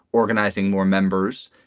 organizing more members.